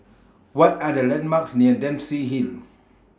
What Are The landmarks near Dempsey Hill